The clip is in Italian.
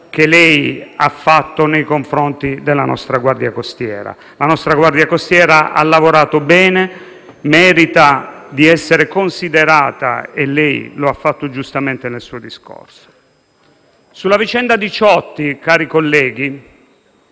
che lei ha fatto nei confronti della nostra Guardia costiera, che ha lavorato bene, merita di essere considerata e lei lo ha fatto giustamente nel suo discorso. Sulla vicenda Diciotti, cari colleghi,